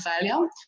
failure